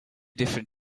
different